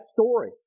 story